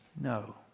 no